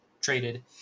traded